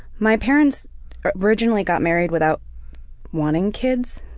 my parents originally got married without wanting kids,